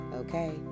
okay